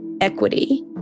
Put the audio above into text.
equity